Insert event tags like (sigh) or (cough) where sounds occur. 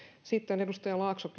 sitten edustaja laakso (unintelligible)